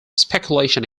speculation